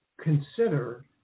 consider